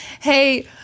Hey